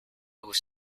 was